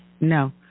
No